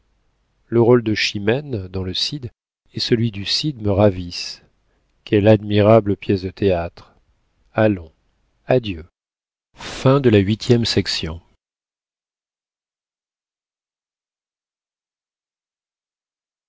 le rôle de chimène dans le cid et celui du cid me ravissent quelle admirable pièce de théâtre allons adieu